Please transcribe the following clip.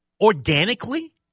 organically